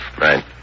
Right